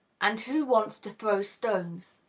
and who wants to throw stones?